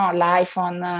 l'iPhone